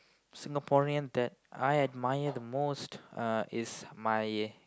Singaporean that I admire the most uh is my